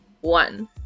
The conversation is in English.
one